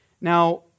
Now